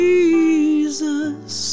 Jesus